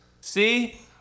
See